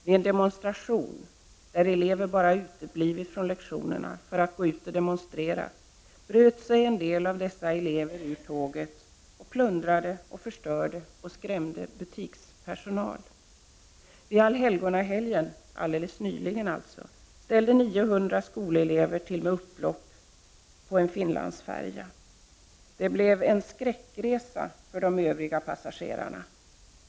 Vid en demonstration — där elever bara uteblivit från lektionerna för att gå ut och demonstrera — bröt sig en del elever ut ur tåget, plundrade och förstörde, samt skrämde butikspersonal. Vid Allhelgonahelgen — alltså helt nyligen — ställde 900 skolelever på skollov till med upplopp på en Finlandsfärja. Det blev en skräckresa för de övriga passagerarna.